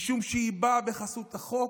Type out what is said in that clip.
משום שהיא באה בחסות החוק,